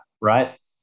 right